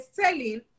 selling